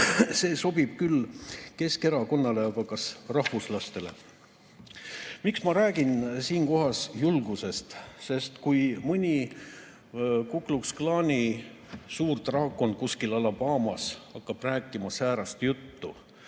See sobib küll Keskerakonnale, aga kas ka rahvuslastele?" Miks ma räägin siinkohas julgusest? Sest kui mõni Ku Klux Klani suur draakon kuskil Alabamas hakkab rääkima säärast juttu,